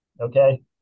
Okay